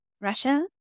Russia